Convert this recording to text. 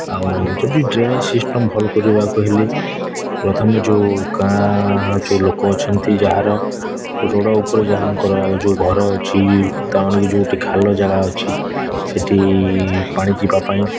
ଆଉ ଯଦି drainage system ଭଲ୍ କରିବାକୁ ହେଲେ ପ୍ରଥମେ ଯେଉଁ ଗାଁ ଯେଉଁ ଲୋକ ଅଛନ୍ତି ଯାହାର ରୋଡ଼ ଉପରେ ଯାହାଙ୍କର ଯେଉଁ ଘର ଅଛି ତା ମାନେ ଯେଉଁଠି ଖାଲ ଯାଗା ଅଛି ସେଇଠି ପାଣି ଯିବାପାଇଁ